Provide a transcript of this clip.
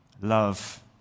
Love